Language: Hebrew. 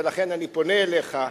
ולכן אני פונה אליך,